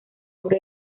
obra